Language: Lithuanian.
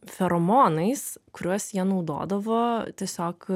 feromonais kuriuos jie naudodavo tiesiog